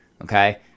Okay